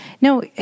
No